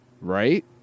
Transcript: right